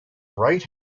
right